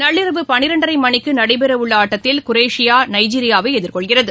நள்ளிரவு பள்ளிரண்டரை மணிக்கு நடைபெறவுள்ள ஆட்டத்தில் குரேஷியா நைஜீரியாவை எதிர்கொள்கிறது